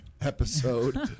episode